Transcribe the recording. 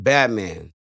Batman